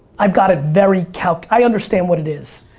i've got it very calc, i understand what it is.